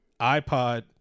ipod